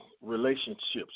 relationships